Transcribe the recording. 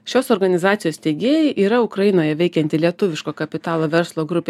šios organizacijos steigėjai yra ukrainoje veikianti lietuviško kapitalo verslo grupė